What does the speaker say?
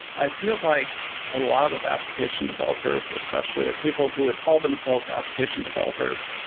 i feel like a lot of application developers especially, or people who would call themselves application developers,